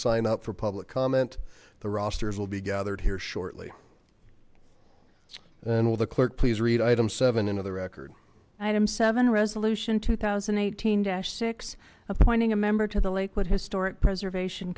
sign up for public comment the rosters will be gathered here shortly and will the clerk please read item seven into the record item seven resolution two thousand and eighteen six appointing a member to the lakewood historic preservation